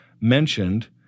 mentioned